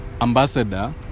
ambassador